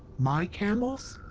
my camels?